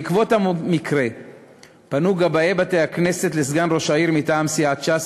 בעקבות המקרה פנו גבאי בתי-הכנסת לסגן ראש העיר מטעם סיעת ש"ס,